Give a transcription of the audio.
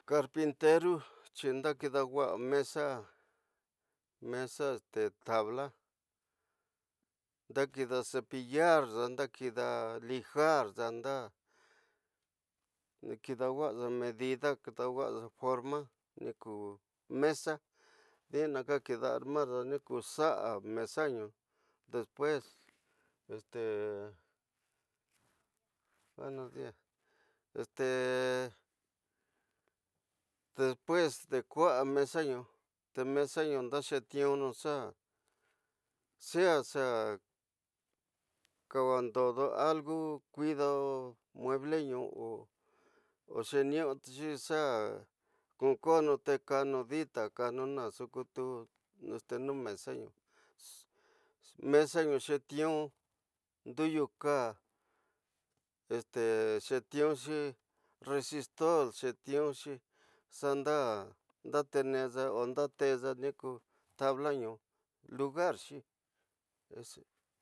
Carpintero, che ndaki duwasa mesa tabla nda kida, sepillaxa, ndakida lijar, nda kiduwaxa medda, kiduwaxa forma ñu ku mesa kida acmar xa nu ña ka mesa ñu despues dua, despues te kusa mesa ñu xe mesa ñu ñda xetivuxu sea xa kawa ndodo algu kurdo mueble o xeniuxi xa funkaunu te kanu ñi la kanu ñxu kutu ñu mesa ñu, mesa ñu xetivu ñnduyu kaa este xetivuxi resistol xetivuxi xanda ndatexexa o ndatex ñku tabla ñu, lugar xi